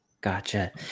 Gotcha